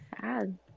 Sad